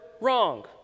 wrong